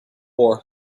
for